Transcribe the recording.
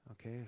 Okay